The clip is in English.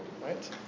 Right